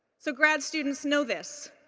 so grad students, know this,